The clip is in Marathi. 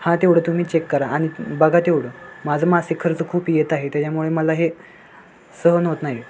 हा तेवढं तुम्ही चेक करा आणि बघा तेवढं माझं मासिक खर्च खूप येत आहे त्याच्यामुळे मला हे सहन होत नाही